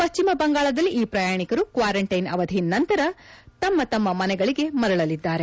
ಪಶ್ಚಿಮ ಬಂಗಾಳದಲ್ಲಿ ಈ ಪ್ರಯಾಣಿಕರು ಕ್ವಾರಂಟೈನ್ ಅವಧಿ ನಂತರ ತಮ್ಮ ತಮ್ಮ ಮನೆಗಳಿಗೆ ಮರಳಲಿದ್ದಾರೆ